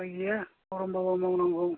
उपाय गैया गरमबाबो मावनांगौ